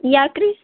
ಯಾಕೆ ರೀ